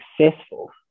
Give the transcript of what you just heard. successful